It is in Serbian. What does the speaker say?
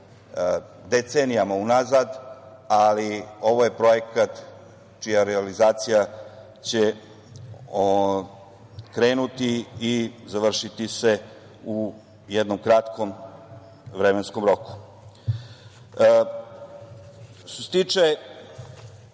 decenijama unazad, ali ovo je projekat čija realizacija će krenuti i završiti se u jednom kratkom vremenskom roku. Što